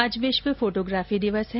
आज विश्व फोटोग्राफी दिवस है